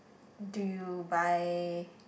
do you buy